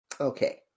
Okay